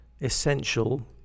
essential